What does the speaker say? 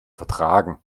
vertragen